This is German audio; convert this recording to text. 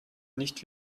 nicht